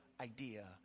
idea